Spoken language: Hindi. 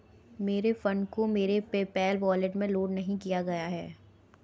मेरे फ़ंड को मेरे पेपैल वॉलेट में लोड नहीं किया गया है